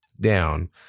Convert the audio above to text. down